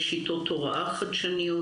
יש שיטות הוראה חדשניות,